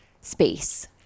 space